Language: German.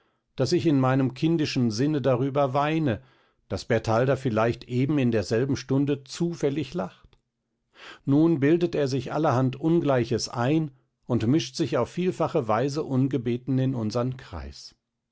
daß ich in meinem kindischen sinne darüber weine daß bertalda vielleicht eben in derselben stunde zufällig lacht nun bildet er sich allerhand ungleiches ein und mischt sich auf vielfache weise ungebeten in unsern kreis